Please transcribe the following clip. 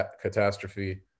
catastrophe